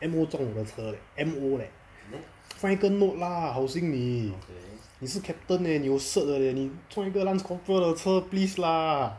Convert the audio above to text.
M_O 撞我的车 leh M_O leh 放一个 note lah 好心你你是 captain leh 你有 cert 的 leh 你撞一个 lance corporal 的车 please lah